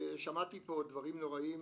שמעתי פה דברים נוראיים